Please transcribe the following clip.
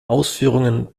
ausführungen